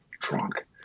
drunk